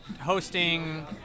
hosting